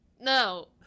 No